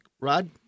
Rod